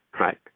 right